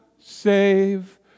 save